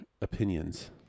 opinions